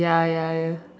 ya ya ya